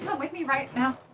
with me right now.